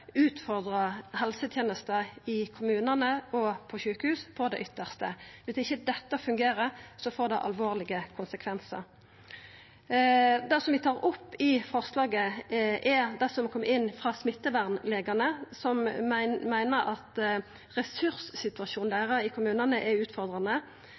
fungerer, får det alvorlege konsekvensar. Det vi tar opp i forslaget, er det som kom inn frå smittevernlegane, som meiner at ressurssituasjonen